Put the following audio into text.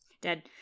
Dead